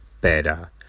better